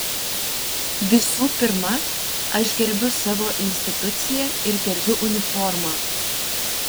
visų pirma aš gerbiu savo instituciją ir gerbiu uniformą